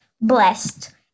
Blessed